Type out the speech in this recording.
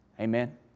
Amen